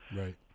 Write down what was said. Right